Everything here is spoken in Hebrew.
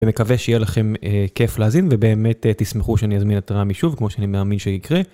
ומקווה שיהיה לכם כיף להאזין, ובאמת תשמחו שאני אזמין את רמי שוב, כמו שאני מאמין שיקרה.